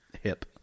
hip